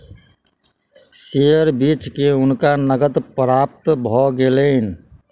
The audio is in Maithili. शेयर बेच के हुनका नकद प्राप्त भ गेलैन